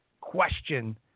question